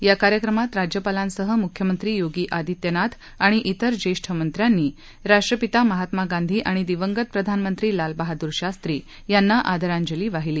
या कार्यक्रमात राज्यपालांसह मुख्यमंत्री योगी आदित्यनाथ आणि तिर ज्येष्ठ मंत्र्यांनी राष्ट्रपिता महात्मा गांधी आणि दिवंगत प्रधानमंत्री लाल बहादुर शास्त्री यांना आदरांजली वाहिली